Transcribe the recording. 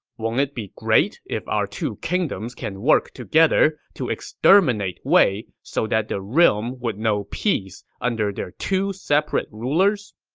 won't it be great if our two kingdoms can work together to exterminate wei so that the realm would know peace under their two separate rulers?